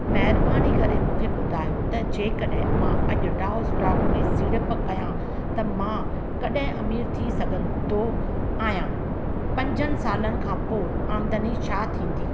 महिबानी करे मूंखे ॿुधायो त जेकॾहिं मां अॼु डाउ स्टॉक में सीड़प करिया त मां कॾहिं अमीर थी सघंदो आहियां पंजनि सालनि खां पोइ आमदनी छा थींदी